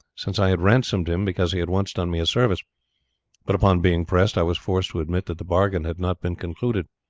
since i had ransomed him because he had once done me a service but upon being pressed i was forced to admit that the bargain had not been concluded.